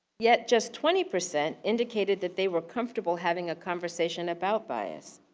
yet, just twenty percent indicated that they were comfortable having a conversation about bias.